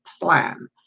plan